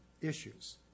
issues